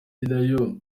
nayo